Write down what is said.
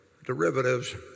derivatives